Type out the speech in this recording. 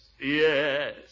Yes